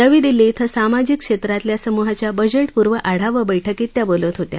नवी दिल्ली क्षे सामाजिक क्षेत्रातल्या समुहाच्या बजेट पुर्व आढावा बैठकीत त्या बोलत होत्या